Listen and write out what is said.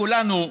כולנו,